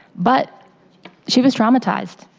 but she was traumatized.